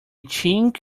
chink